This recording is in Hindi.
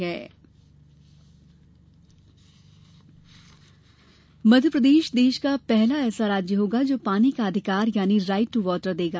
जल संकट चर्चा मध्यप्रदेश देश का पहला ऐसा राज्य होगा जो पानी का अधिकार यानी राइट टू वॉटर देगा